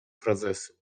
frazesu